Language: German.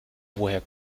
woher